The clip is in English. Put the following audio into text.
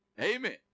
Amen